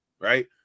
right